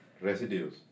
Residues